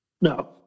No